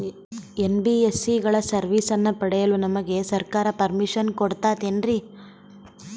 NBSC ಗಳ ಸರ್ವಿಸನ್ನ ಪಡಿಯಲು ನಮಗೆ ಸರ್ಕಾರ ಪರ್ಮಿಷನ್ ಕೊಡ್ತಾತೇನ್ರೀ?